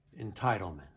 entitlement